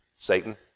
Satan